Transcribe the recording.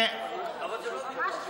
ממש תמימים.